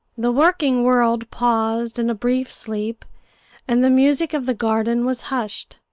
the working world paused in a brief sleep and the music of the garden was hushed,